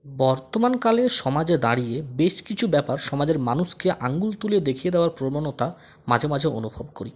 বর্তমানকালে সমাজে দাঁড়িয়ে বেশ কিছু ব্যাপার সমাজের মানুষকে আঙ্গুল তুলে দেখিয়ে দেওয়ার প্রবণতা মাঝে মাঝে অনুভব করি